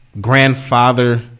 grandfather –